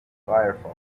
firefox